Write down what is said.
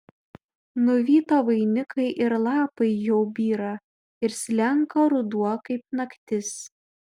nuvyto vainikai ir lapai jau byra ir slenka ruduo kaip naktis